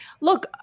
look